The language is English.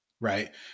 right